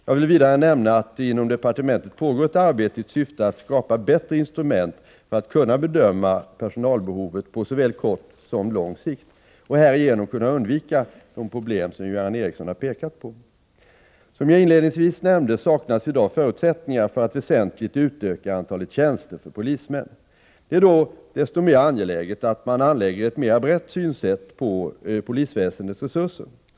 Jag vill vidare nämna att det inom departementet pågår ett arbete i syfte att skapa bättre instrument för att kunna bedöma personalbehovet på såväl kort som lång sikt och härigenom kunna undvika de problem som Göran Ericsson har pekat på. Som jag inledningsvis nämnde saknas i dag förutsättningar för att väsentligt utöka antalet tjänster för polismän. Det är då desto mer angeläget att man anlägger ett mera brett synsätt på polisväsendets resurser.